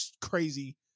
crazy